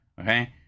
Okay